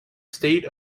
state